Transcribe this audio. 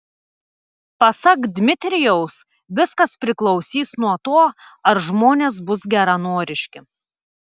pasak dmitrijaus viskas priklausys nuo to ar žmonės bus geranoriški